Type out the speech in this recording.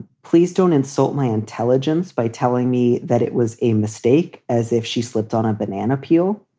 please don't insult my intelligence by telling me that it was a mistake. as if she slipped on a banana peel.